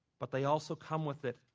but they also come with it,